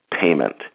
payment